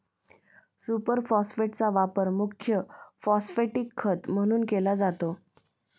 super फॉस्फेटचा वापर मुख्य फॉस्फॅटिक खत म्हणून केला जातो